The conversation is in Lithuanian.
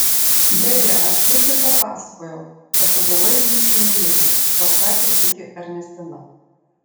beje aš fricui papasakojau kad tu buvai jį įsimylėjusi pasakė sykį ernestina